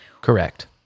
Correct